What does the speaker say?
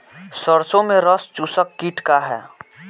सरसो में रस चुसक किट का ह?